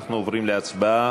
אנחנו עוברים להצבעה.